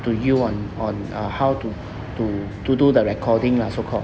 to you on on uh how to to to do the recording ah so called